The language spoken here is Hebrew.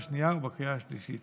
ראש הממשלה שלך.